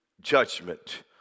judgment